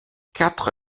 quatre